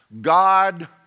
God